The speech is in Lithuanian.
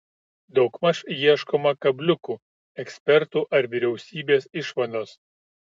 daugmaž ieškoma kabliukų ekspertų ar vyriausybės išvados